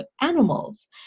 animals